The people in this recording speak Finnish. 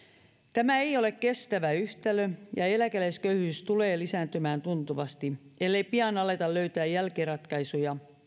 tämä ei ole kestävä yhtälö ja eläkeläisköyhyys tulee lisääntymään tuntuvasti ellei pian aleta löytää järkiratkaisuja